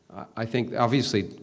i think, obviously,